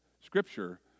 Scripture